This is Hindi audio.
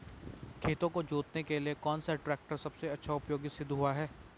खेतों को जोतने के लिए कौन सा टैक्टर सबसे अच्छा उपयोगी सिद्ध हुआ है?